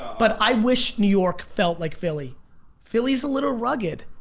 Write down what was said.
but i wish new york felt like philly philly's a little rugged,